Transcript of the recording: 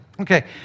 Okay